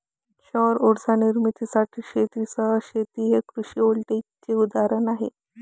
सौर उर्जा निर्मितीसाठी शेतीसह शेती हे कृषी व्होल्टेईकचे उदाहरण आहे